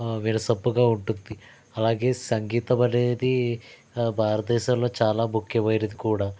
వినసొంపుగా ఉంటుంది అలాగే సంగీతం అనేది భారతదేశంలో చాలా ముఖ్యమైనది కూడా